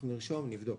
אנחנו נרשום ונבדוק.